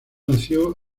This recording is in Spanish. nació